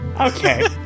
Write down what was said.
Okay